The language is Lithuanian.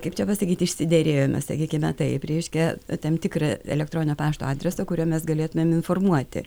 kaip čia pasakyti išsiderėjome sakykime taip reiškia tam tikrą elektroninio pašto adresą kuriuo mes galėtumėm informuoti